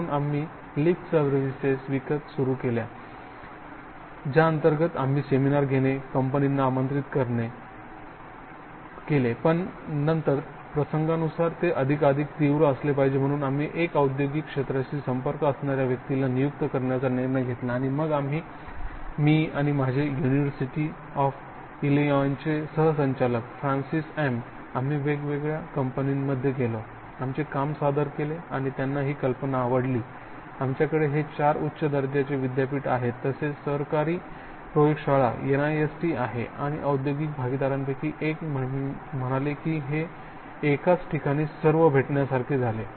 म्हणून आम्ही lip service विकत सुरू केल्या ज्यांतर्गत आम्ही सेमिनार घेणे आणि कोम्पंनींना आमंत्रित केले पण नंतर प्रसंगानुसार ते अधिक तीव्र असले पाहिजे म्हणून आम्ही एका औद्योगिक क्षेत्राशी संपर्क असणार्या व्यक्तीला नियुक्त करण्याचा निर्णय घेतला आणि मग आम्ही मी आणि माझे युनिव्हर्सिटी ऑफ इलिनॉय चे सह संचालक फ्रॅन्सिस एम आम्ही वेगवेगळ्या कंपंनिंमद्धे गेलो आमचे काम सादर केले आणि त्यांना ही कल्पना आवडली की आमच्याकडे हे चार उच्च दर्जाचे विद्यापीठ आहे तसेच सरकारी प्रयोगशाळा NIST आहे आणि औद्योगिक भागीदारांपैकी एक म्हणाले की हे एकाच ठिकाणी सर्व भेटण्यासारखे आहे